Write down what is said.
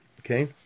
okay